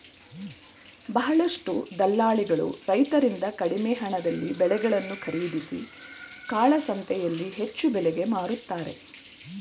ಬಹಳಷ್ಟು ದಲ್ಲಾಳಿಗಳು ರೈತರಿಂದ ಕಡಿಮೆ ಹಣದಲ್ಲಿ ಬೆಳೆಗಳನ್ನು ಖರೀದಿಸಿ ಕಾಳಸಂತೆಯಲ್ಲಿ ಹೆಚ್ಚು ಬೆಲೆಗೆ ಮಾರುತ್ತಾರೆ